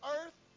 earth